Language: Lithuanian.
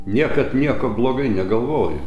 niekad nieko blogai negalvoju